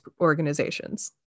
organizations